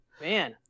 Man